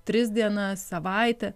tris dienas savaitę